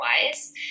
otherwise